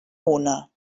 una